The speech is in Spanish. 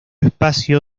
espacio